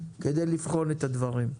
כדי לבחון את הדברים.